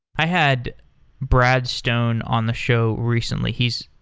i had brad stone on the show recently. he's,